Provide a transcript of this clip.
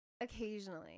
occasionally